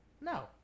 No